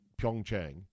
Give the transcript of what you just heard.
Pyeongchang